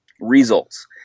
results